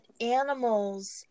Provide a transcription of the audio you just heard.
animals